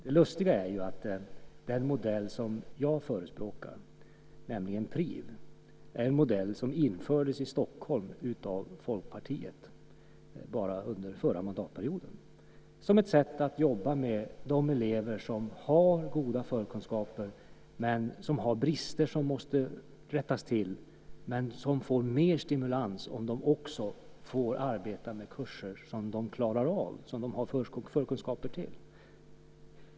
Det lustiga är att den modell som jag förespråkar, nämligen PRIV, är en modell som infördes i Stockholm av Folkpartiet under förra mandatperioden. Den infördes som ett sätt att jobba med elever som har goda förkunskaper men brister som måste rättas till. De får mer stimulans om de också får arbeta med kurser som de klarar av och har förkunskaper för.